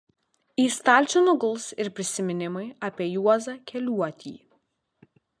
į stalčių nuguls ir prisiminimai apie juozą keliuotį